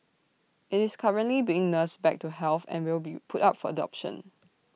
IT is currently being nursed back to health and will be put up for adoption